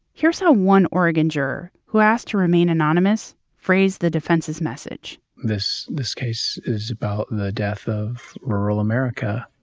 here's how one oregon juror, who asked to remain anonymous, phrased the defense's message this this case is about the death of rural america.